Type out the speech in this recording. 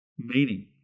Meaning